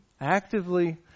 actively